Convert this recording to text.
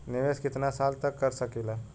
निवेश कितना साल तक कर सकीला?